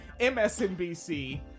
MSNBC